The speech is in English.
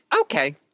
Okay